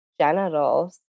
genitals